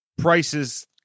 prices